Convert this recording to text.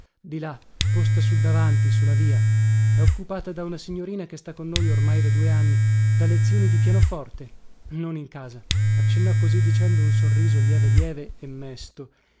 di là posta sul davanti su la via è occupata da una signorina che sta con noi ormai da due anni dà lezioni di pianoforte non in casa accennò così dicendo un sorriso lieve lieve e mesto